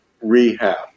rehab